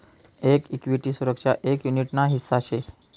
एक इक्विटी सुरक्षा एक युनीट ना हिस्सा शे